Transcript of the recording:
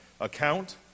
account